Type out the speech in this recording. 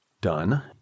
Done